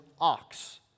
ox